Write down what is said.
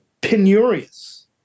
penurious